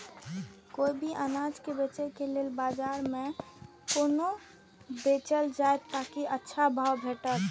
कोय भी अनाज के बेचै के लेल बाजार में कोना बेचल जाएत ताकि अच्छा भाव भेटत?